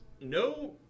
No